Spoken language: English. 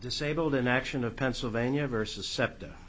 disabled in action of pennsylvania versus